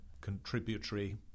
contributory